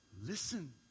Listen